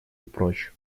прочь